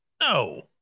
No